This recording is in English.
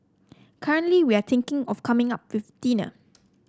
currently we are thinking of coming up with dinner